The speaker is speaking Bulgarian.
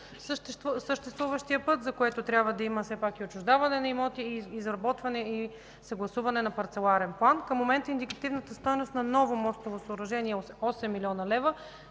съществуващия път, за което трябва да има все пак и отчуждаване на имоти, изработване и съгласуване на парцеларен план. Към момента индикативната стойност на ново мостово съоръжение е от 8